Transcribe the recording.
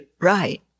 Right